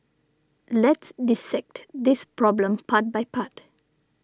let's dissect this problem part by part